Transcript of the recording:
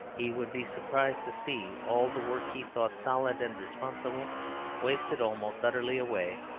he would be surprised to see all the work he thought solid and responsible wasted almost utterly away,